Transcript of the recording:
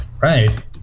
Right